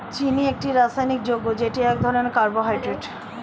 চিনি একটি রাসায়নিক যৌগ যেটি এক ধরনের কার্বোহাইড্রেট